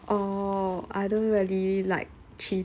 oh I don't really like cheese